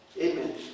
Amen